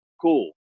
cool